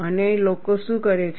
અને લોકો શું કરે છે